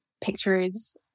pictures